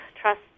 trust